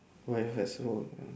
where is that ya